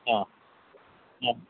ആ ആ